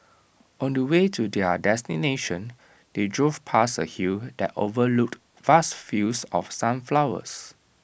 on the way to their destination they drove past A hill that overlooked vast fields of sunflowers